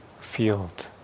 field